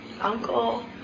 uncle